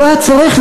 לא היה צריך,